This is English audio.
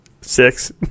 Six